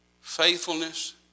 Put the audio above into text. Faithfulness